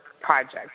project